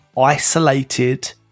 isolated